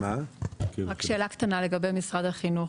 רק שאלה קטנה לגבי משרד החינוך.